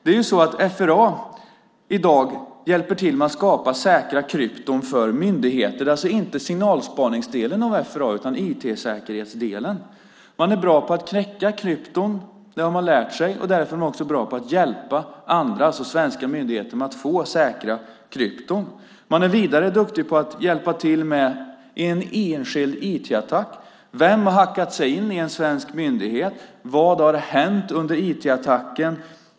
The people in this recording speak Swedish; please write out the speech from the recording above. I dag hjälper FRA till med att skapa säkra krypton för myndigheter. Det gäller alltså inte signalspaningsdelen av FRA utan IT-säkerhetsdelen. Man är bra på att knäcka krypton - det har man lärt sig - och därför är man också bra på att hjälpa andra svenska myndigheter med att få säkra krypton. Man är vidare duktig på att hjälpa till vid en enskild IT-attack. Vem har hackat sig in i en svensk myndighet? Vad har hänt under IT-attacken?